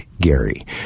Gary